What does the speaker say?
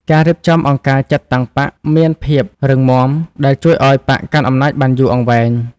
ការរៀបចំអង្គការចាត់តាំងបក្សមានភាពរឹងមាំ ដែលជួយឱ្យបក្សកាន់អំណាចបានយូរអង្វែង។